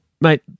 mate